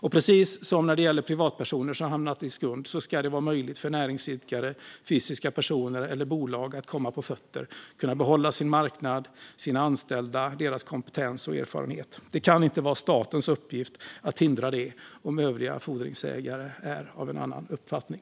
Precis som när det gäller privatpersoner som har hamnat i skuld ska det vara möjligt för näringsidkare, fysiska personer eller bolag att komma på fötter och behålla sin marknad, sina anställda och deras kompetens och erfarenhet. Det kan inte vara statens uppgift att hindra det om övriga fordringsägare är av en annan uppfattning.